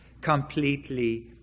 completely